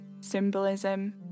symbolism